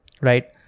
right